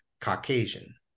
caucasian